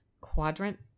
Quadrant